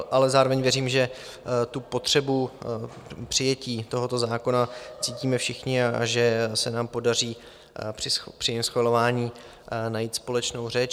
Ale zároveň věřím, že potřebu přijetí tohoto zákona cítíme všichni a že se nám podaří při jejím schvalování najít společnou řeč.